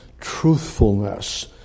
truthfulness